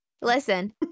listen